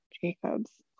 Jacobs